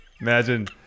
Imagine